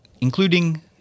including